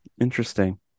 Interesting